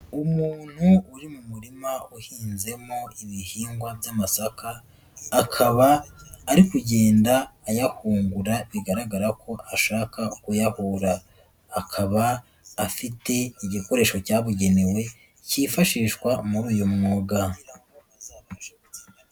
umuntu uri mu murima uhinzemo ibihingwa by'amasaka, akaba ari kugenda ayahungura bigaragara ko ashaka kuyahura, akaba afite igikoresho cyabugenewe cyifashishwa muri uyu mwuga.